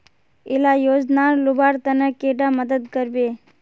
इला योजनार लुबार तने कैडा मदद करबे?